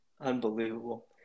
Unbelievable